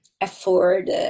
afford